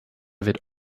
wird